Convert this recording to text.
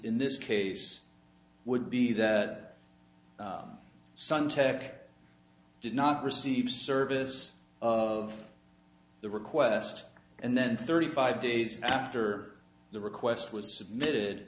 in this case would be that suntec did not receive service of the request and then thirty five days after the request was submitted